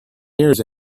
years